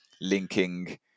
linking